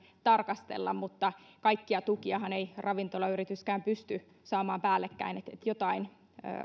tarkastella mutta kaikkia tukiahan ei ravintolayrityskään pysty saamaan päällekkäin niin että jotain